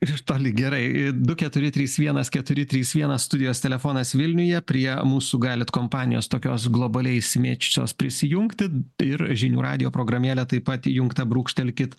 iš toli gerai du keturi trys vienas keturi trys vienas studijos telefonas vilniuje prie mūsų galit kompanijos tokios globaliai išsimėčiusios prisijungti ir žinių radijo programėlė taip pat įjungta brūkštelkit